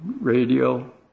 radio